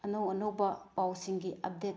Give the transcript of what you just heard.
ꯑꯅꯧ ꯑꯅꯧꯕ ꯄꯥꯎꯁꯤꯡꯒꯤ ꯑꯞꯗꯦꯠ